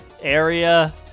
area